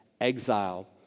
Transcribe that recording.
exile